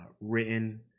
written